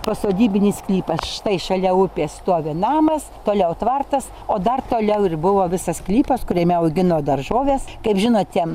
pasodybinis sklypas štai šalia upės stovi namas toliau tvartas o dar toliau ir buvo visas sklypas kuriame augino daržoves kaip žinote